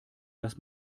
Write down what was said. dass